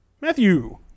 Matthew